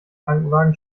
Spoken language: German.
krankenwagen